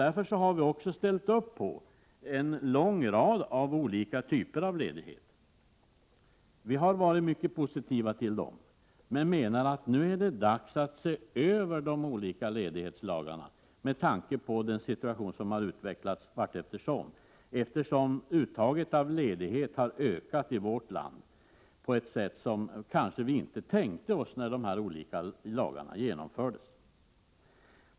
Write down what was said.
Därför har vi också ställt upp för en lång rad olika typer av ledigheter. Vi har varit mycket 105 positiva till dem men menar att det nu är dags att se över de olika ledighetslagarna med tanke på den situation som allteftersom har utvecklats. Uttaget av ledighet har i vårt land ökat på ett sätt som vi kanske inte tänkte på när de olika lagarna genomfördes.